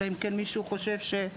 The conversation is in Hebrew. אלא אם כן מישהו חושב שהוא יכול.